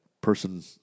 person